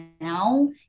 now